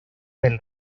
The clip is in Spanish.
del